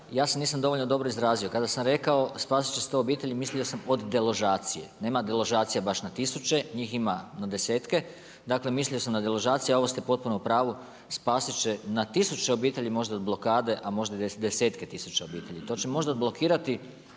aj se nisam dovoljno dobro izrazio. Kada sam rekao spasit će 100 obitelji, mislio sam od deložacije, nema deložacija baš, a ovo ste potpuno u pravu, spasite će na tisuće obitelji možda od blokade, a možda i desetke tisuća obitelji. To će možda odblokirati,